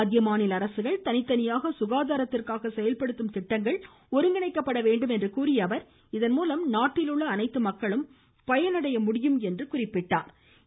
மத்திய மாநில அரசுகள் தனித்தனியாக சுகாதாரத்திற்காக செயல்படுத்தும் திட்டங்கள் ஒருங்கிணைக்கப்பட வேண்டும் என்று கூறிய அவர் இதன் மூலம் நாட்டில் உள்ள அனைத்து மக்களும் பயனடைய முடியும் என்று எடுத்துரைத்தார்